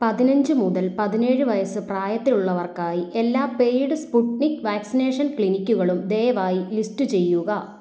പതിനഞ്ച് മുതൽ പതിനേഴ് വയസ്സ് പ്രായത്തിലുള്ളവർക്കായി എല്ലാ പെയ്ഡ് സ്പുട്നിക് വാക്സിനേഷൻ ക്ലിനിക്കുകളും ദയവായി ലിസ്റ്റ് ചെയ്യുക